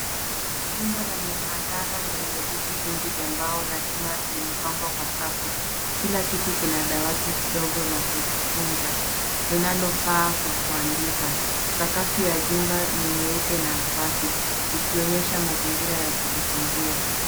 Jumba la mihadhara lenye viti vingi vya mbao na chuma limepangwa kwa safu, kila kiti kina dawati ndogo la kukunja linalofaa kwa kuandika. Sakafu ya jumba ni nyeupe na safi ikionyesha mazingira ya kujifunzia.